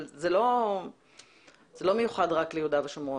אבל זה לא מיוחד רק ליהודה ושומרון.